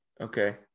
Okay